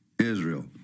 Israel